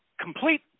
Complete